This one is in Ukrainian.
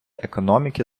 економіки